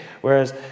Whereas